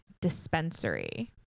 dispensary